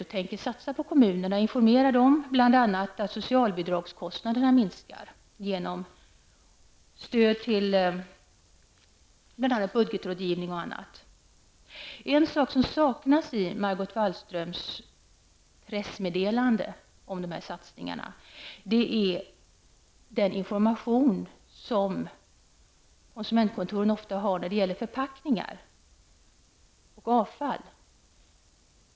Man tänker satsa på kommunerna, informera dem om att bl.a. socialbidragskostnaderna kan minskas genom stöd till budgetrådgivning och annat. En sak som jag saknade i Margot Wallströms pressmeddelande om denna satsning är sådan information som konsumentkontoren ofta har när det gäller förpackningar och avfall.